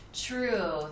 True